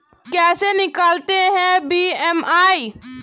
कैसे निकालते हैं बी.एम.आई?